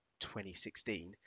2016